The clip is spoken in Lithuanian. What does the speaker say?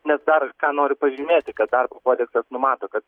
nes dar ką noriu pažymėti kad darbo kodeksas numato kad